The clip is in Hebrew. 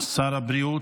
שר הבריאות.